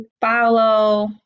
follow